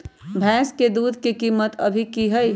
भैंस के दूध के कीमत अभी की हई?